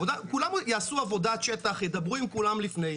כולם יעשו עבודת שטח, ידברו עם כולם לפני.